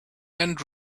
and